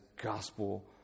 gospel